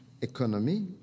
economy